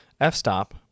f-stop